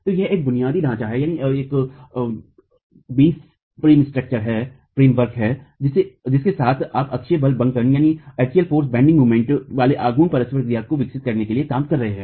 तो यह एक बुनियादी ढांचा है जिसके साथ आप अक्षीय बल बंकन वाले आघूर्ण परस्पर क्रिया को विकसित करने के लिए काम कर सकते हैं